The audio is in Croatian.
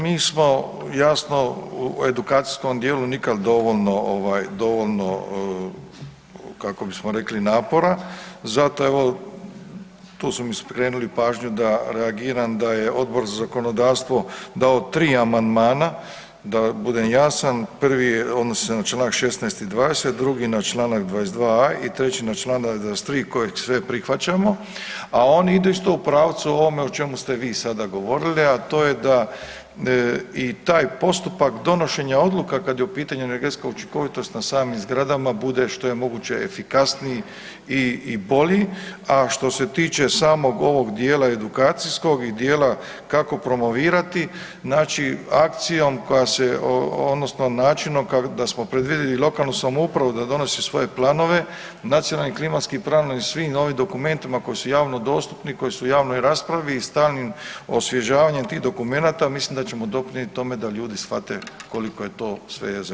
Mi smo jasno, u edukacijskom djelu nikad dovoljno kako bismo rekli napora, zato evo, tu su mi skrenuli pažnju da reagiram da je Odbor za zakonodavstvo dao tri amandmana da budem jasan, prvi odnosi se na čl. 16. i 20., drugi na čl. 22 a i treći na čl. 23. kojeg sve prihvaćamo a on ide isto u pravcu o čemu ste vi sada govorili a to je da i taj postupak donošenja odluka kad je u pitanju energetska učinkovitost na samim zgradama, bude što je moguće efikasniji i bolji a što se tiče samog ovog djela edukacijskog i djela kako promovirati, znači akcijom koja se, odnosno načinom da smo predvidjeli lokalnu samoupravu da donosi svoje planove, nacionalnim, klimatskim i pravnim i svim novim dokumentima koji su javno dostupni, koji su u javnoj raspravi i stalno osvježavanjem tih dokumenata, mislim da ćemo doprinijeti tome da ljudi shvate koliko je to sve zajedno bitno.